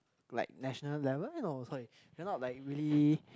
like national level you know sorry cannot like really